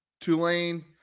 Tulane